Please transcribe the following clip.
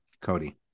Cody